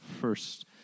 first